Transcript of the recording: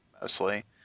mostly